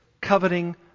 coveting